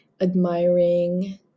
admiring